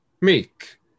Meek